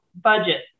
budget